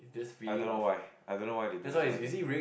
I don't know why I don't know why they do this kind of thing